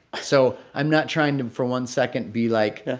so i'm not trying to for one second be like, ah